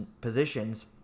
positions